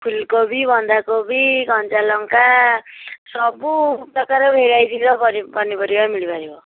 ଫୁଲକୋବି ବନ୍ଧାକୋବି କଞ୍ଚାଲଙ୍କା ସବୁ ପ୍ରକାର ଭେରାଇଟିର ପନିପରିବା ମିଳିପାରିବ